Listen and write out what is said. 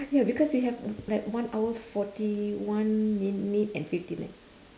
ya because we have like one hour forty one minute and fifty nine